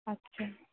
আচ্ছা